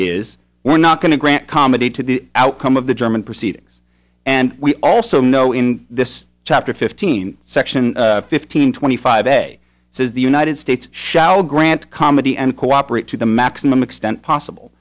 is we're not going to grant comedy to the outcome of the german proceedings and we also know in this chapter fifteen section fifteen twenty five a says the united states shall grant comedy and cooperate to the maximum extent possible